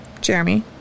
Jeremy